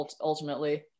ultimately